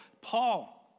Paul